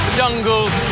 jungles